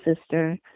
sister